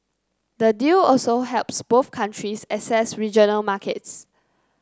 the deal also helps both countries access regional markets